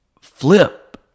flip